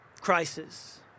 crisis